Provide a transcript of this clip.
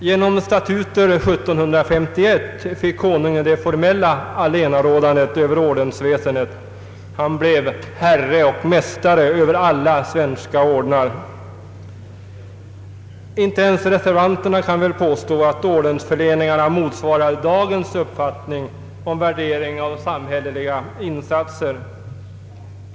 Genom statuter 1751 fick konungen det formella allenarådandet över ordensväsendet. Han blev herre och mästare över alla svenska ordnar. Inte ens reservanterna kan väl påstå att ordensförläningarna motsvarar dagens uppfattning om värdering av samhälleliga insatser.